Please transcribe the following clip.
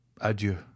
adieu